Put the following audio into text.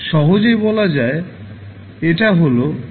সহজেই বলা যায় এটা হল f